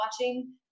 watching